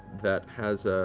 that has